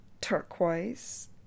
turquoise